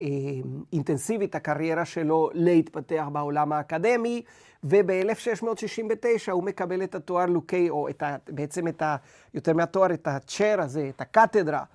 ‫אינטנסיבית, הקריירה שלו, ‫להתפתח בעולם האקדמי, ‫וב-1669 הוא מקבל את התואר לוקי, ‫או בעצם יותר מהתואר, ‫את הצ'ר הזה, את הקתדרה.